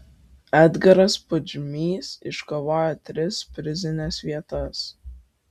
edgaras pudžmys iškovojo tris prizines vietas